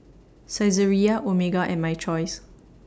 Saizeriya Omega and My Choice